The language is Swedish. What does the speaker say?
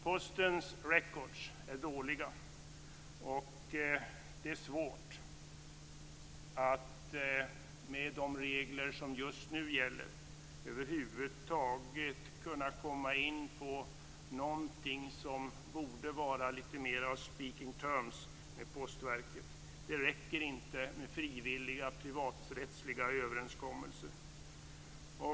Postens records är dåliga, och det är svårt att med de regler som just nu gäller över huvud taget kunna komma in på någonting som borde vara lite mer av speaking terms med Postverket. Det räcker inte med frivilliga privaträttsliga överenskommelser.